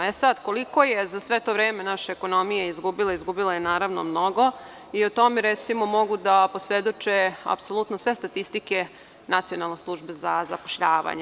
E, sad, koliko je za sve to vreme naša ekonomija izgubila, izgubila je, naravno, mnogo i o tome mogu da posvedoče apsolutno sve statistike Nacionalne službe za zapošljavanje.